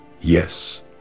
Yes